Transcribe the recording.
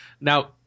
Now